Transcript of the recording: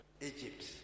Egypt